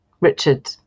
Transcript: Richard